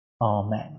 Amen